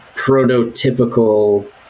prototypical